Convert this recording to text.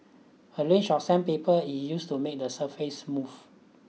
a range of sandpaper is used to make the surface smooth